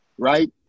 Right